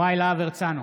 יוראי להב הרצנו,